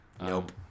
nope